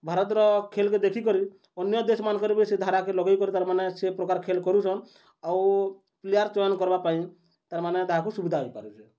ଭାରତ୍ର ଖେଲ୍କେ ଦେଖିକରି ଅନ୍ୟ ଦେଶମାନ୍କେ ବି ସେ ଧାରାକେ ଲଗେଇକରି ତାର୍ମାନେ ସେ ପ୍ରକାର୍ ଖେଲ୍ କରୁଚନ୍ ଆଉ ପ୍ଲେୟାର୍ ଚୟନ୍ କରିବା ପାଇଁ ତାର୍ମାନେ ତାହାକୁ ସୁବିଧା ହେଇପାରୁଚେ